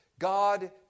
God